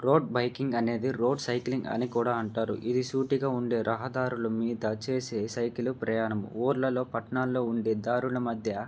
road biking అనేది road cycling అని కూడా అంటారు ఇది సూటిగా ఉండే రహదారుల మీద చేసే సైకిలు ప్రయాణం ఊళ్ళలో పట్టణాల్లో ఉండే దారుల మధ్య